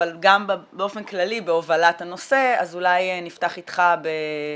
אבל גם באופן כללי בהובלת הנושא אז אולי נפתח איתך בסטאטוס.